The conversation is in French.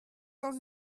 dans